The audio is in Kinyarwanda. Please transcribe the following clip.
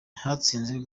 hatsinze